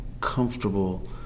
comfortable